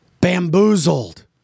Bamboozled